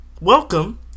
welcome